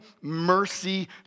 mercy